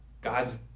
God's